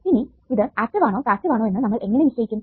ഇനി ഇത് ആക്റ്റീവ് ആണോ പാസ്സീവ് ആണോ എന്ന് നമ്മൾ എങ്ങനെ നിശ്ചയിക്കും